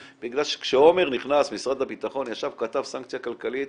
כשעומר נכנס למשרד הביטחון וישב וכתב סנקציה כלכלית,